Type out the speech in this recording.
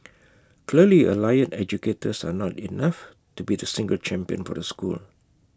clearly allied educators are not enough to be the single champion for the school